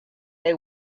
they